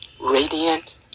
radiant